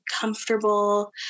comfortable